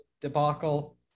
debacle